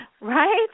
Right